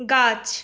গাছ